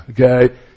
okay